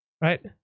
right